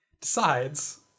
decides